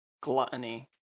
gluttony